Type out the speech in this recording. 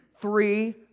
three